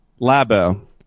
Labo